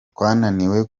twananiwe